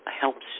helps